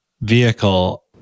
vehicle